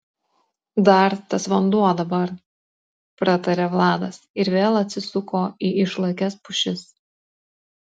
dar tas vanduo dabar pratarė vladas ir vėl atsisuko į išlakias pušis